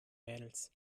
mädels